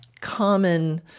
common